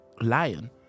lion